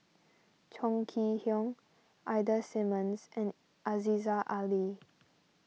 Chong Kee Hiong Ida Simmons and Aziza Ali